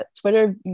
Twitter